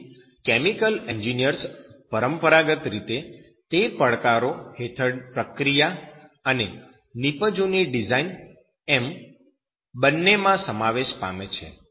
તેથી chemical engineers પરંપરાગત રીતે તે પડકારો હેઠળ પ્રક્રિયા અને નીપજો ની ડિઝાઈન એમ બંનેમાં સમાવેશ પામે છે